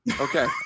okay